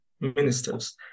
ministers